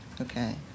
okay